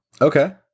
Okay